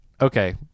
okay